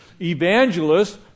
Evangelists